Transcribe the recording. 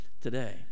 today